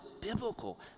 biblical